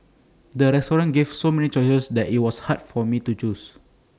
the restaurant gave so many choices that IT was hard for me to choose